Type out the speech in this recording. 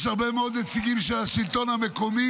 יש הרבה מאוד נציגים של השלטון המקומי,